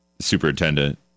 Superintendent